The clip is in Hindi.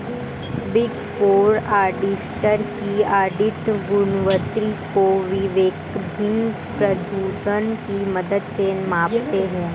बिग फोर ऑडिटर्स की ऑडिट गुणवत्ता को विवेकाधीन प्रोद्भवन की मदद से मापते हैं